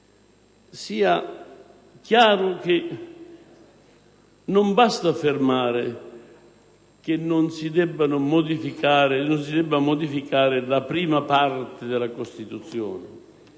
sia chiaro che non basta affermare che non si deve modificare la prima parte della Costituzione;